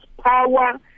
power